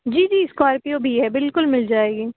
جی جی اسکورپیو بھی ہے بالکل مل جائے گی